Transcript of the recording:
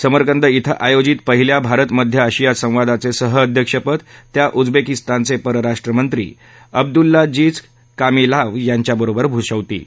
समरकंद इथं आयोजित पहिल्या भारत मध्य आशिया संवादांचे सहअध्यक्षपद त्या उजबेकीस्तानचे परराष्ट्रमंत्री अब्दुलाजिज कामिलाव्ह यांच्याबरोबर भूषवतील